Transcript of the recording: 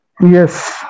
Yes